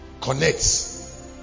connects